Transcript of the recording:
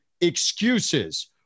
Excuses